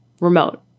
remote